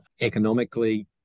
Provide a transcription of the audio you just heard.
economically